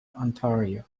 ontario